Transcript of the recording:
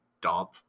dump